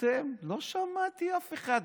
אתם, לא שמעתי אף אחד.